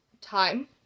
time